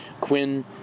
Quinn